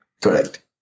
Correct